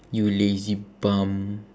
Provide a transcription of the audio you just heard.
you lazy bum